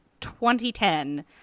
2010